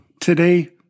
Today